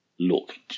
look